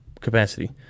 capacity